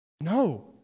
No